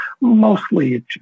mostly